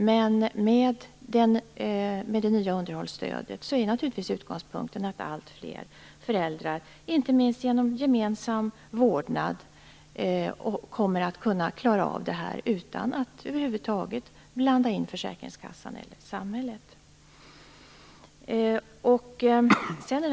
Men med det nya underhållsstödet är naturligtvis utgångspunkten att alltfler föräldrar, inte minst genom gemensam vårdnad, kommer att klara av detta utan att över huvud taget blanda in försäkringskassan eller samhället.